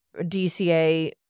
DCA